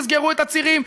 תסגרו את הצירים,